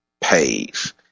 Pays